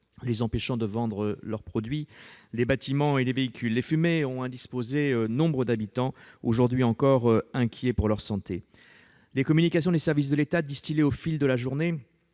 les empêchant de vendre leurs produits -, les bâtiments et les véhicules. Les fumées ont indisposé nombre d'habitants, encore inquiets pour leur santé. Les communications des services de l'État, distillées au fil de la journée,